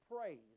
praise